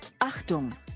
Achtung